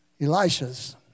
Elisha's